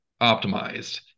optimized